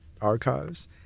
archives